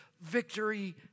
victory